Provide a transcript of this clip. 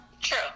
True